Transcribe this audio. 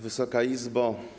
Wysoka Izbo!